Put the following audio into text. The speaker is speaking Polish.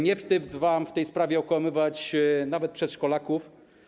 Nie wstyd wam w tej sprawie okłamywać nawet przedszkolaków?